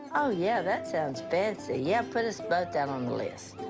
oh, yeah, that sounds fancy. yeah, put us both down on the list.